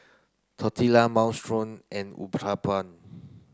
Tortilla Minestrone and Uthapam